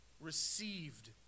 Received